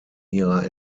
ihrer